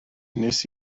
nes